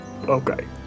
okay